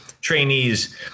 trainees